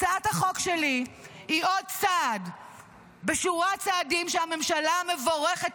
הצעת החוק שלי היא עוד צעד בשורת צעדים שהממשלה המבורכת